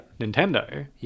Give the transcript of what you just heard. Nintendo